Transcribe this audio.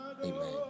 Amen